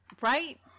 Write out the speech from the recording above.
right